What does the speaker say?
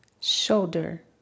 shoulder